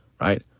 right